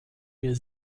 mir